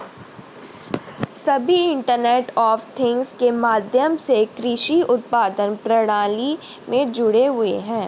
सभी internet of things के माध्यम से कृषि उत्पादन प्रणाली में जुड़े हुए हैं